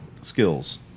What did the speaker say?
skills